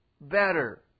better